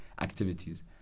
activities